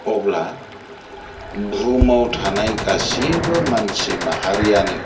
अब्ला बुहुमाव थानाय गासिबो मानसि माहारियानो